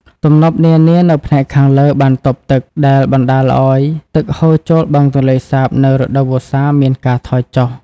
ទំនប់នានានៅផ្នែកខាងលើបានទប់ទឹក ដែលបណ្តាលឱ្យ ទឹកហូរចូលបឹងទន្លេសាបនៅរដូវវស្សាមានការថយចុះ។